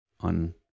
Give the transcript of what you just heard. on